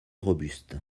robuste